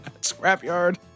Scrapyard